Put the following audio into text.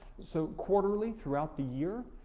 so, quarterly throughout the year,